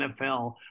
NFL